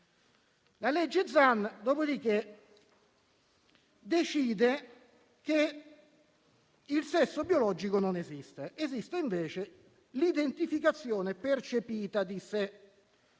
di legge Zan decide che il sesso biologico non esiste, esiste invece l'identificazione percepita di sé.